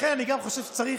לכן אני גם חושב שצריך,